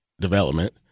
development